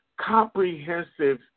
comprehensive